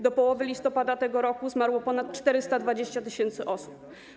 Do połowy listopada tego roku zmarło ponad 420 tys. osób.